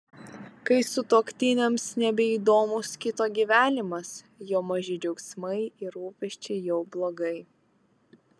kai sutuoktiniams nebeįdomus kito gyvenimas jo maži džiaugsmai ir rūpesčiai jau blogai